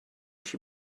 she